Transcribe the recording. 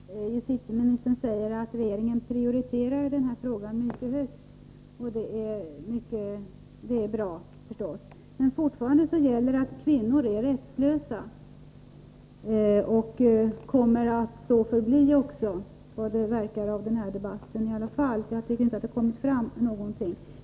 Herr talman! Justitieministern säger att regeringen prioriterar lösningen av den här frågan. Det är bra, men fortfarande gäller att kvinnor är rättslösa och kommer att så förbli, som det verkar av den här debatten — jag tycker inte det har kommit fram någonting som skulle kunna ändra det.